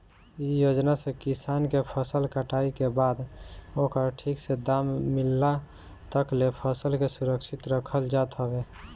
इ योजना से किसान के फसल कटाई के बाद ओकर ठीक दाम मिलला तकले फसल के सुरक्षित रखल जात हवे